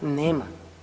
Nema.